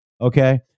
Okay